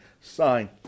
sign